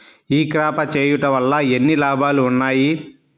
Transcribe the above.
ఈ క్రాప చేయుట వల్ల ఎన్ని లాభాలు ఉన్నాయి?